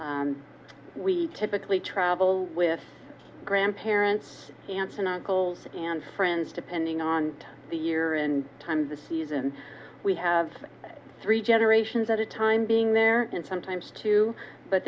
we typically travel with grandparents aunts and uncles and friends depending on the year and time of the season we have three generations at a time being there and sometimes two but